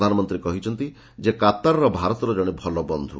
ପ୍ରଧାନମନ୍ତ୍ରୀ କହିଛନ୍ତି ଯେ କାତାର ଭାରତର ଜଣେ ଭଲ ବନ୍ଧୁ